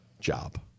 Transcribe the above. job